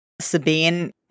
Sabine